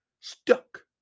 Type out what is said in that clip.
stuck